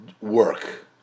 work